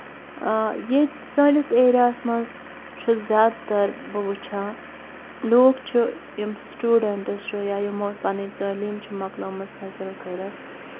ییٚتہِ سٲنِس ایریاہَس منٛز چھِ زیادٕ تَر بہٕ وُچھان لوٗکھ چھِ یِم سٔٹوٗڈَنٛٹٔس چھِ یِمو پَنٕنۍ تعلیٖم چھِ مۄکلٲومٕژ حٲصِل کٔرِتھ